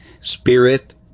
spirit